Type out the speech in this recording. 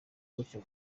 gutyo